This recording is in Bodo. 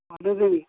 आलादा जायो